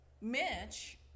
Mitch